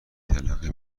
تلقی